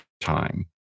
time